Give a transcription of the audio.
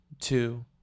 two